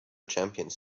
champions